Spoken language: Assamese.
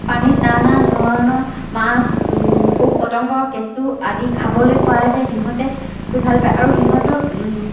পানীত নানা ধৰণৰ মাছ পোক পতংগ কেঁচু আদি খাবলৈ পোৱা যায় সিহঁতে ফুৰি ভালপায় আৰু সিহঁতক